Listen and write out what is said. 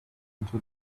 into